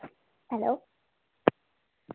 hello